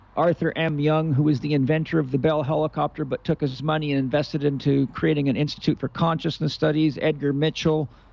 arthur m. young, who was the inventor of the bell helicopter, but took us as money and invested into creating an institute for consciousness studies, edgar mitchell,